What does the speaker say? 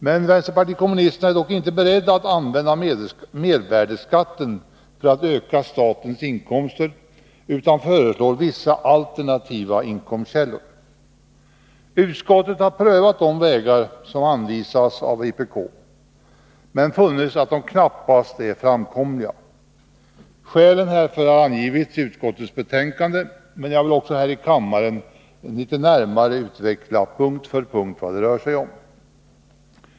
Men vänsterpartiet kommunisterna är inte beredda att använda mervärdeskatten för att öka statens inkomster utan föreslår vissa alternativa inkomstkällor. Utskottet har prövat de vägar som anvisas av vpk, men har funnit att de knappast är framkomliga. Skälen härför har angivits i utskottets betänkande, men jag vill också här i kammaren litet närmare utveckla punkt för punkt vad det rör sig om.